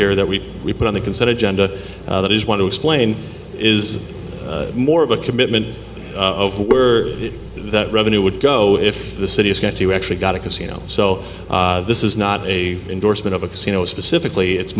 hear that we we put on the consent agenda that is want to explain is more of a commitment of we're that revenue would go if the city is going to actually got a casino so this is not a endorsement of a casino specifically it's